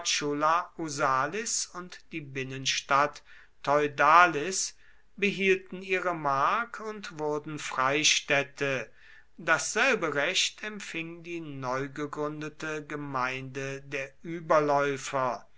und die binnenstadt theudalis behielten ihre mark und wurden freistädte dasselbe recht empfing die neugegründete gemeinde der überläufer